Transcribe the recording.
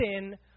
sin